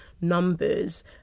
numbers